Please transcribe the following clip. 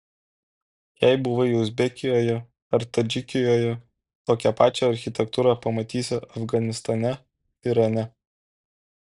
jei buvai uzbekijoje ar tadžikijoje tokią pačią architektūrą pamatysi afganistane irane